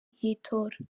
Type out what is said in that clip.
y’itora